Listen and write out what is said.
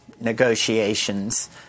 negotiations